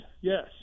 yes